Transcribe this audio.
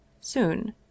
Soon